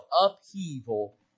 upheaval